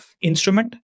instrument